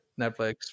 netflix